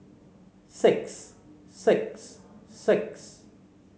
six six six